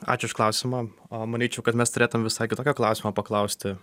ačiū už klausimą manyčiau kad mes turėtumėm visai kitokio klausimo paklausti